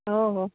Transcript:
हो हो